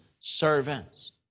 servants